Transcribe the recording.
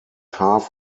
half